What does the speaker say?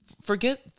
forget